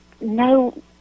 no